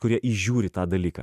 kurie įžiūri tą dalyką